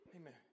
Amen